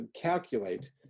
calculate